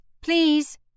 please